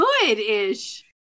good-ish